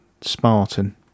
spartan